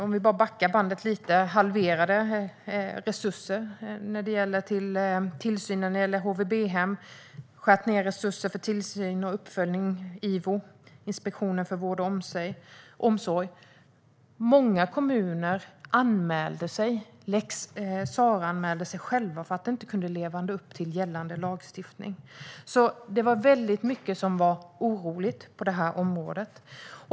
Om jag backar bandet lite så halverade regeringen resurserna för tillsynen över HVB-hem. Man har skurit ned resurserna för tillsyn och uppföljning hos IVO, Inspektionen för vård och omsorg. Många kommuner lex Sarah-anmälde sig själva för att de inte kunde leva upp till gällande lagstiftning. Det var mycket som var oroligt på det här området.